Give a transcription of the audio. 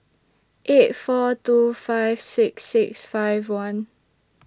eight four two five six six five one